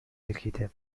الكتاب